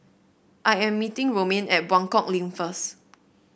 I am meeting Romaine at Buangkok Link first